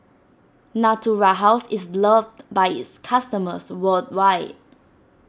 Natura House is loved by its customers worldwide